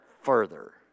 further